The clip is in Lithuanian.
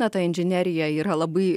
na ta inžinerija yra labai